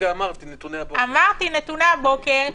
אמרתי: נתוני הבוקר,